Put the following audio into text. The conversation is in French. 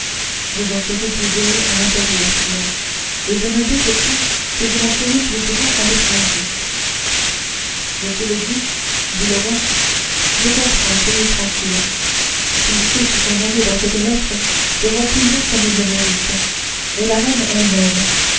vous en serez plus heureux à l'intérieur sire et je ne doute pas que vous n'en soyez plus grand à l'étranger monsieur le duc dit le roi je comprends soyez tranquille tous ceux qui sont nommés dans cette lettre seront punis comme ils le méritent et la reine elle-même